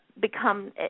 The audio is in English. become